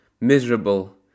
miserable